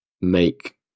make